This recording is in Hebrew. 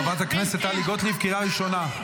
חברת הכנסת טלי גוטליב, קריאה ראשונה.